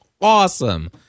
awesome